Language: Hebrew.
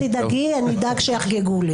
אל תדאגי, אני אדאג שיחגגו לי.